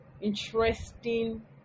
interesting